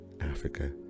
Africa